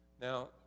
Now